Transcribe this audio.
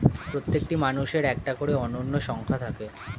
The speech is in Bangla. প্রত্যেকটি মানুষের একটা করে অনন্য সংখ্যা থাকে